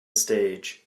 stage